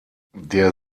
der